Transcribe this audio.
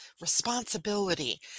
responsibility